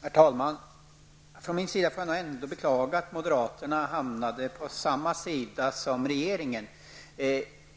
Herr talman! Från min sida får jag ändå beklaga att moderaterna hamnat på samma sida som regeringen,